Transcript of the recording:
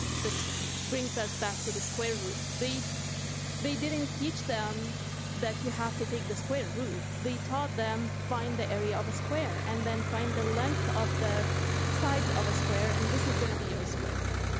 this brings us back to the square root. they they didn't teach them that you have to take the square root. they taught them find the area of a square, and then find the length of the sides of a square, and this is gonna be your square root.